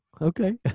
Okay